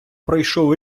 пройшов